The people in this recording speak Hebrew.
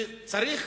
וצריך